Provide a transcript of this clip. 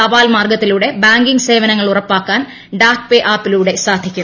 തപാൽ മാർഗ്ഗത്തിലൂടെ ബാങ്കിംഗ് സേവനങ്ങൾ ഉറപ്പാക്കാൻ ഡാക്ക് പേ ്ആപ്പിലൂടെ സാധിക്കും